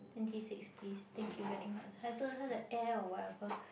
twenty six please thank you very much 还是她的：hai shi ta de air or whatever